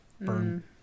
Burn